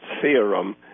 Theorem